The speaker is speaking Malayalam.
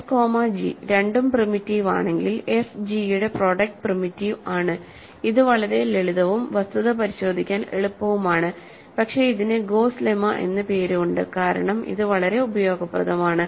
എഫ് കോമ ജി രണ്ടും പ്രിമിറ്റീവ് ആണെങ്കിൽ എഫ് ജി യുടെ പ്രോഡക്ട് പ്രിമിറ്റീവ് ആണ് ഇത് വളരെ ലളിതവും വസ്തുത പരിശോധിക്കാൻ എളുപ്പവുമാണ് പക്ഷേ ഇതിന് ഗോസ്സ് ലെമ്മ എന്ന പേര് ഉണ്ട് കാരണം ഇത് വളരെ ഉപയോഗപ്രദമാണ്